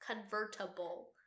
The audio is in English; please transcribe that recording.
convertible